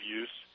use